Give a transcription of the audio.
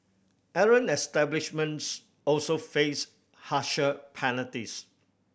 errant establishments also faced harsher penalties